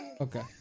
okay